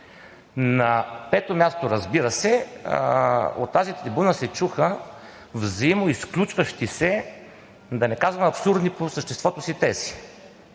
На пето място, разбира се, от тази трибуна се чуха взаимно изключващи се, да не казвам абсурдни по съществото си тези.